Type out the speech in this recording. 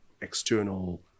external